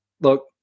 look